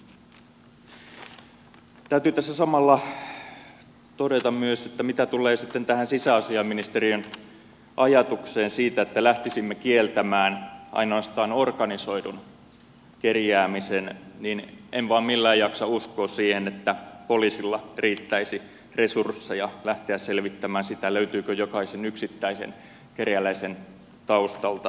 täytyy tässä samalla todeta myös että mitä tulee sitten tähän sisäasiainministeriön ajatukseen siitä että lähtisimme kieltämään ainoastaan organisoidun kerjäämisen niin en vain millään jaksa uskoa siihen että poliisilla riittäisi resursseja lähteä selvittämään sitä löytyykö jokaisen yksittäisen kerjäläisen taustalta organisoitua toimintaa